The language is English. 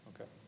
Okay